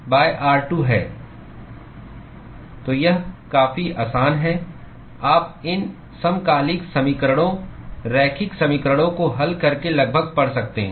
तो यह काफी आसान है आप इन समकालिक समीकरणों रैखिक समीकरणों को हल करके लगभग पढ़ सकते हैं